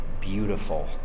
beautiful